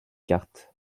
cartes